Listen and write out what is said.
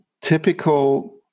typical